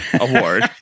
award